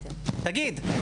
תגיד.